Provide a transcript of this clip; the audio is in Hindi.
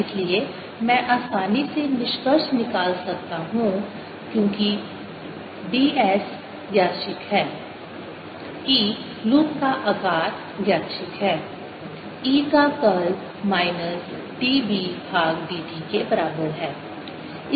इसलिए मैं आसानी से निष्कर्ष निकाल सकता हूं क्योंकि ds यादृच्छिक है कि लूप का आकार यादृच्छिक है E का कर्ल माइनस dB भाग dt के बराबर है